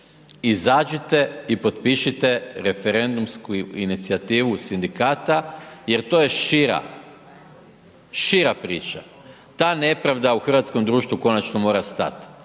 izađite i potpišite referendumsku inicijativu sindikata jer to je šira, šira priča. Ta nepravda u hrvatskom društvu konačno mora stati.